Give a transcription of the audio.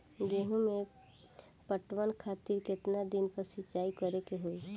गेहूं में पटवन खातिर केतना दिन पर सिंचाई करें के होई?